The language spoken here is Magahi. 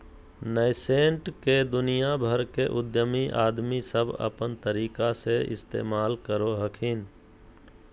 नैसैंट के दुनिया भर के उद्यमी आदमी सब अपन तरीका से इस्तेमाल करो हखिन